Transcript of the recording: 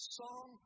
song